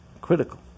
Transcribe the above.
critical